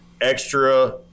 extra